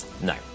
No